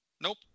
nope